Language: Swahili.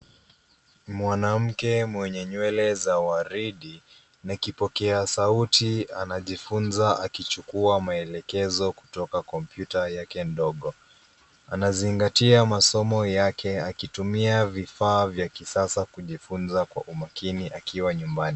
Mwanamke mwenye nywele za waridi na kipokea sauti anajifunza akichukua maelekezo kutoka kompyuta yake ndogo, anazingatia masomo yake akitumia vifaa vya kisasa kujifunza kwa umakini akiwa nyumbani.